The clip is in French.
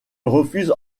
refuse